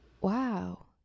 Wow